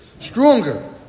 stronger